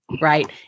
Right